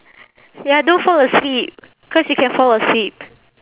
ya don't fall asleep cause you can fall asleep